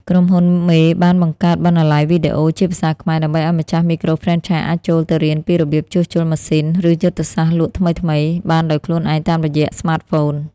ក្រុមហ៊ុនមេបានបង្កើត "បណ្ណាល័យវីដេអូ" ជាភាសាខ្មែរ ដើម្បីឱ្យម្ចាស់មីក្រូហ្វ្រេនឆាយអាចចូលទៅរៀនពីរបៀបជួសជុលម៉ាស៊ីន ឬយុទ្ធសាស្ត្រលក់ថ្មីៗបានដោយខ្លួនឯងតាមរយៈស្មាតហ្វូន។